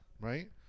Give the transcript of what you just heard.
right